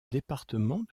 département